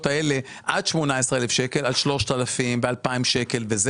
האלה עד 18,000 שקלים על 3,000 ו-2,000 שקלים.